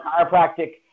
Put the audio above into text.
chiropractic